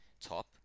top